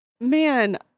Man